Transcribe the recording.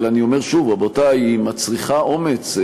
אבל אני אומר שוב, רבותי, היא מצריכה אומץ.